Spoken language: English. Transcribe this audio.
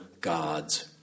God's